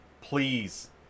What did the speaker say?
please